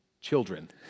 children